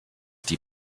die